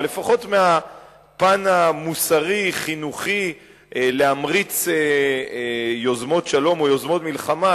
אבל לפחות מהפן המוסרי-חינוכי להמריץ יוזמות שלום או יוזמות מלחמה,